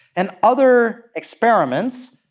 and other experiments,